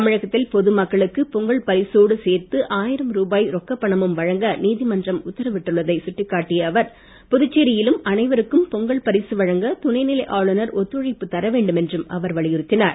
தமிழகத்தில் பொது மக்களுக்கு பொங்கல் பரிசோடு சேர்த்து ஆயிரம் ரூபாய் ரொக்க பணமும் வழங்க நீதிமன்றம் உத்தரவிட்டுள்ளதை சுட்டிக்காட்டிய அவர் புதுச்சேரியிலும் அனைவருக்கும் பொங்கல் பரிசு துணை நிலை ஆளுநர் ஒத்துழைப்பு தர வேண்டும் என்றும் அவர் வலியுறுத்தினார்